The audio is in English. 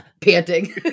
panting